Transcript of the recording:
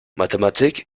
mathematik